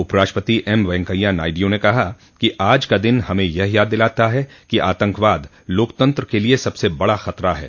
उपराष्ट्रपति एम वेंकैया नायडू ने कहा कि आज का दिन हमें यह याद दिलाता है कि आतंकवाद लोकतंत्र के लिए सबसे बड़ा खतरा है